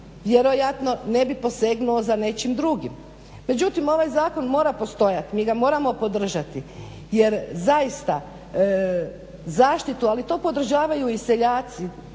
ne bi posegnuo za nečim drugim. Međutim, ovaj zakon mora postojati, mi ga moramo podržati jer zaista, zaštitu, ali to podržavaju i seljaci